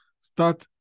start